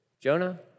Jonah